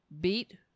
beat